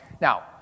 now